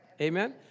Amen